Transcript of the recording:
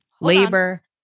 labor